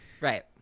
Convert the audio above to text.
Right